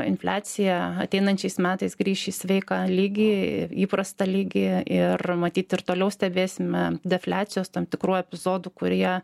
infliacija ateinančiais metais grįš į sveiką lygį įprastą lygį ir matyt ir toliau stebėsime defliacijos tam tikrų epizodų kurie